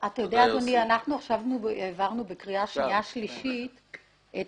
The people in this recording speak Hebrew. אנחנו העברנו בקריאה שנייה ושלישית את